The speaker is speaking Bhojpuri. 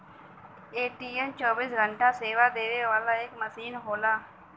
ए.टी.एम चौबीस घंटा सेवा देवे वाला एक मसीन होला